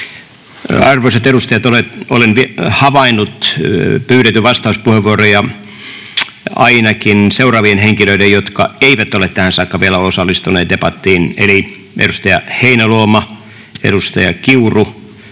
Arvoisat edustajat, olen havainnut pyydetyn vastauspuheenvuoroja, ainakin seuraavat henkilöt, jotka eivät ole tähän saakka vielä osallistuneet debattiin: edustaja Heinäluoma, edustaja Pauli